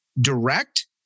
direct